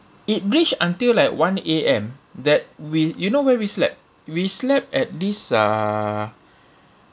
it reached until like one A_M that we you know where we slept we slept at this uh